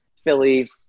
Philly